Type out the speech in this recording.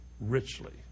richly